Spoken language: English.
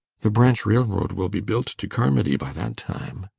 the branch railroad will be built to carmody by that time.